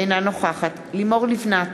אינה נוכחת לימור לבנת,